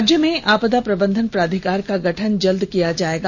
राज्य में आपदा प्रबंधन प्राधिकार का गठन शीघ्र किया जायेगा